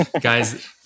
Guys